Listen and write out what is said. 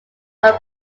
are